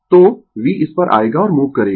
तो v इस पर आएगा और मूव करेगा